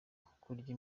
kurya